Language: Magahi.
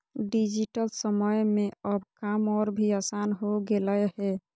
डिजिटल समय में अब काम और भी आसान हो गेलय हें